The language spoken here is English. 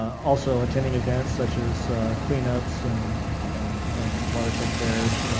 also, attending events such as cleanups and and and watershed fairs,